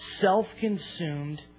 self-consumed